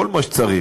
כל מה שצריך.